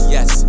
Yes